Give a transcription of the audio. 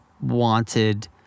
wanted